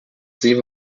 see